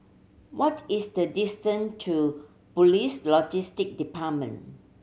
what is the distance to Police Logistic Department